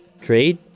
trade